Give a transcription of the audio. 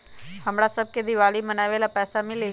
हमरा शव के दिवाली मनावेला पैसा मिली?